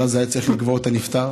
אבל אז צריך לקבור את הנפטר